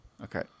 Okay